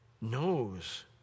knows